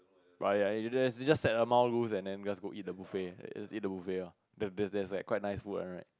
but ya if there's just set an amount lose and then just go eat the buffet just eat the buffet there there there's like quite nice food one right